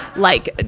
like, a,